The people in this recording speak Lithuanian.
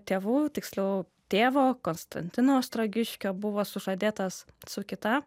tėvų tiksliau tėvo konstantino ostrogiškio buvo sužadėtas su kita